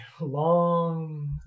long